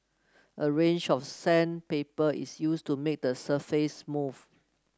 a range of sandpaper is used to make the surface smooth